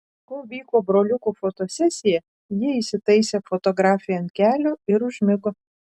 kol vyko broliukų fotosesija ji įsitaisė fotografei ant kelių ir užmigo